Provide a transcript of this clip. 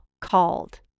called